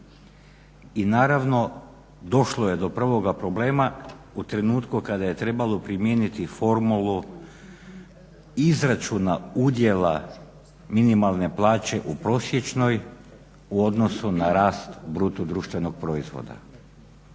I naravno došlo je do prvoga problema u trenutku kada je trebalo primijeniti formulu izračuna udjela minimalne plaće u prosječnoj u odnosu na rast bruto društvenog proizvoda,